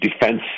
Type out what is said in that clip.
defense